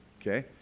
okay